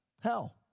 Hell